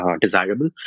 desirable